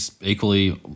equally